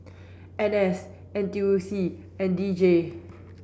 N S N T U C and D J